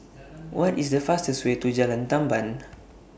What IS The fastest Way to Jalan Tamban